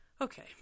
Okay